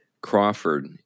Crawford